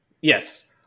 Yes